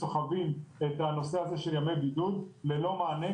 סוחבים את הנושא הזה של ימי בידוד ללא מענה,